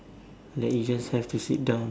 like you just have to sit down